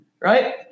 Right